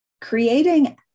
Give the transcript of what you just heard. creating